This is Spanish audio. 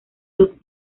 los